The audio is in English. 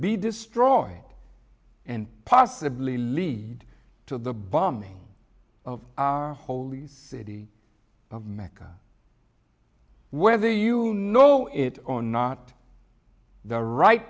be destroyed and possibly lead to the bombing of the holy city of mecca whether you know it or not the right